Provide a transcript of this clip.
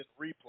replay